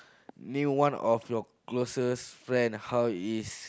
name one of your closes friend how it is